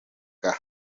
bwa